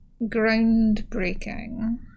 groundbreaking